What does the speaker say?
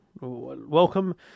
welcome